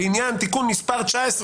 בעניין תיקון מס' 19,